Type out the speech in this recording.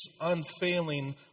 unfailing